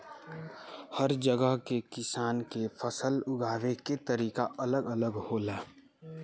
हर जगह के किसान के फसल उगावे के तरीका अलग अलग होला